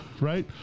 right